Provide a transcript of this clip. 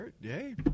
hey